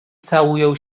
całują